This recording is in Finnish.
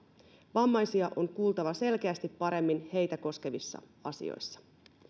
vammaisia on kuultava selkeästi paremmin heitä koskevissa asioissa